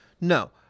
No